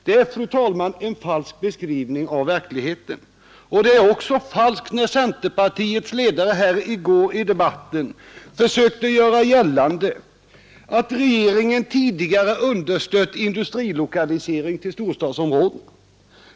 Det är, fru talman, en falsk beskrivning av verkligheten, Det är oc falskt när centerpartiets ledare i debatten i går försökte göra gällande att regeringen tidigare har understött industrilokalisering till storstadsområdena.